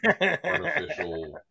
artificial